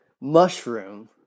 mushroom